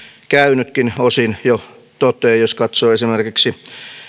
käynytkin jo osin toteen jos katsoo esimerkiksi